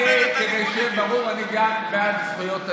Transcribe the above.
אני גם בעד זכויות הליכודניקים,